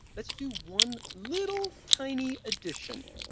let's do one little tiny addition.